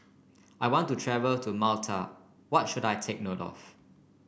I want to travel to Malta what should I take note of